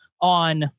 on